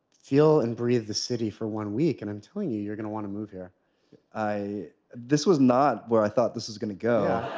feel and breathe the city for one week. and i'm telling you, you're going to want to move here this was not where i thought this is going to go.